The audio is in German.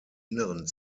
inneren